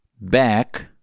back